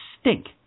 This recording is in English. stink